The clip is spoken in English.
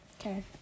Okay